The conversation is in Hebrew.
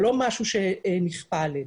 זה לא משהו שנכפה עליהם.